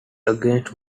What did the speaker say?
against